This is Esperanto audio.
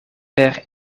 per